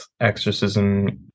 exorcism